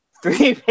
Three